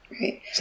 Right